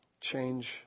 change